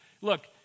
Look